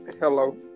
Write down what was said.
Hello